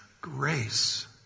grace